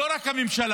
לא רק הממשלה.